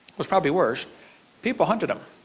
was probably worse people hunted them